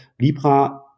libra